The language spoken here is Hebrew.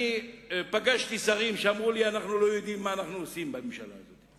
אני פגשתי שרים שאמרו לי: אנחנו לא יודעים מה אנחנו עושים בממשלה הזאת.